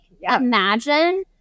imagine